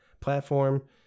platform